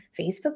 Facebook